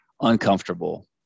uncomfortable